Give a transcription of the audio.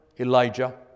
Elijah